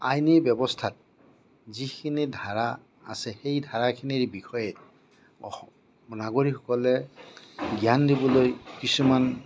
আইনী ব্যৱস্থাত যিখিনি ধাৰা আছে সেই ধাৰাখিনিৰ বিষয়ে অস নাগৰিকসকলে জ্ঞান দিবলৈ কিছুমান